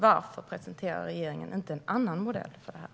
Varför presenterar regeringen inte en annan modell för detta?